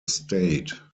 state